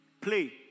Play